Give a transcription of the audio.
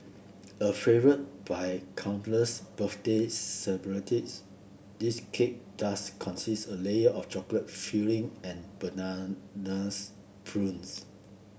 a favour by countless birthday celebrants this cake does consist a layer of chocolate filling and bananas purees